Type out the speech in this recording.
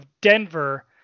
Denver